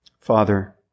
Father